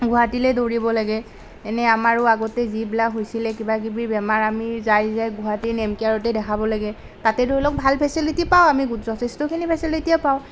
গুৱাহাটীলৈ দৌৰিব লাগে এনে আমাৰো আগতে যিবিলাক হৈছিলে কিবাকিবি বেমাৰ আমি যাই যাই গুৱাহাটী নেমকেয়াৰতে দেখাব লাগে তাতে ধৰি লওক ভাল ফেচিলিটি পাওঁ আমি যথেষ্টখিনি ফেচিলিটিয়েই পাওঁ